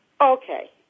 Okay